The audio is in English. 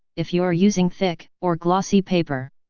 if you are using thick, or glossy paper,